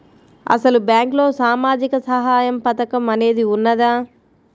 అసలు బ్యాంక్లో సామాజిక సహాయం పథకం అనేది వున్నదా?